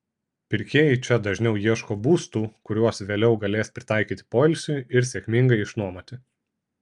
pirkėjai čia dažniau ieško būstų kuriuos vėliau galės pritaikyti poilsiui ir sėkmingai išnuomoti